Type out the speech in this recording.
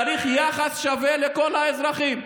צריך יחס שווה לכל האזרחים.